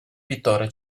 pittore